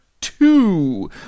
two